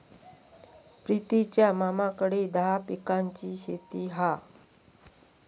प्रितीच्या मामाकडे दहा पिकांची शेती हा